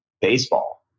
baseball